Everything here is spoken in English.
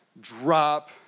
drop